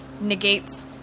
negates